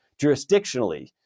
jurisdictionally